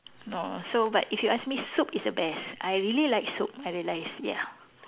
no so but if you ask me soup is the best I really like soup I realise ya